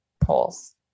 polls